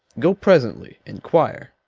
go presently inquire,